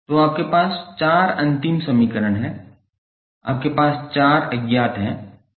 तो आपके पास चार अंतिम समीकरण हैं और आपके पास चार अज्ञात हैं